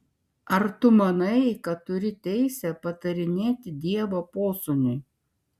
ar tu manai kad turi teisę patarinėti dievo posūniui